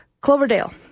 Cloverdale